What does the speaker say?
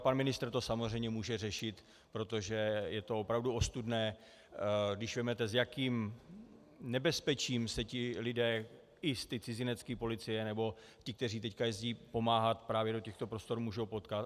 Ale pan ministr to samozřejmě může řešit, protože je to opravdu ostudné, když vezmete, s jakým nebezpečím se lidé i z té cizinecké policie nebo ti, kteří teď jezdí pomáhat do těchto prostor, můžou potkat.